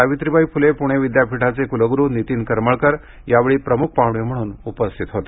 सावित्री बाई फुले पुणे विद्यापिठाचे कुलगुरु नीतीन करमाळकर या वेळी प्रमुख पाहूणे म्हणून उपस्थित होते